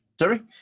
Sorry